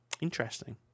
Interesting